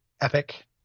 epic